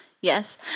Yes